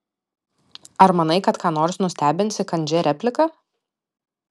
ar manai kad ką nors nustebinsi kandžia replika